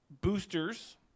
boosters